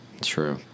True